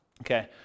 Okay